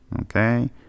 Okay